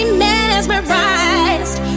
mesmerized